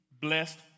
blessed